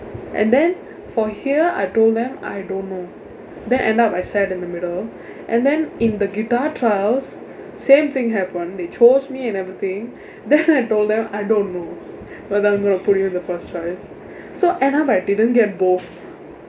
and then for here I told them I don't know then end up I sat in the middle and then in the guitar trials same thing happen they chose me and everything then I told them I don't know whether I am going to put you in the first choice so end up I didn't get both